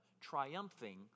triumphing